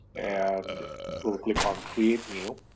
and we'll click on create new,